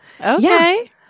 Okay